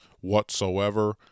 whatsoever